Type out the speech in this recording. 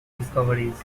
discoveries